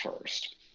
first